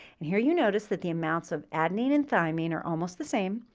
and here you notice that the amounts of adenine and thymine are almost the same.